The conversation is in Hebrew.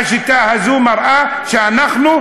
השיטה הזאת מראה שאנחנו,